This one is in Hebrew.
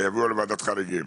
יועברו לוועדת חריגים.